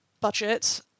budget